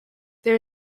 there